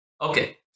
Okay